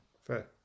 fair